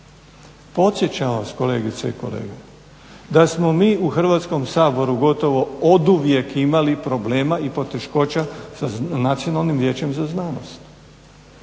Podsjećam vas kolegice i kolege da smo mi u Hrvatskom saboru gotovo oduvijek imali problema i poteškoća sa Nacionalnim vijećem za znanost.